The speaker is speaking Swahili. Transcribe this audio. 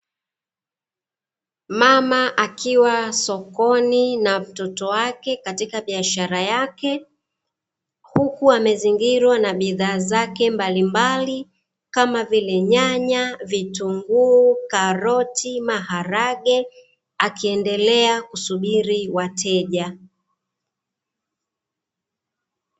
Mama akiwa sokoni na mtoto wake katika biashara yake huku amezingirwa na bidhaa zake mbalimbali kama vile; nyanya, vitunguu, karoti, maharage akiendelea kusubiri wateja.